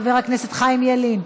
חבר הכנסת חיים ילין,